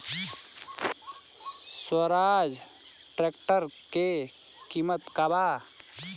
Swaraj tractor के किमत का बा?